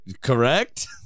correct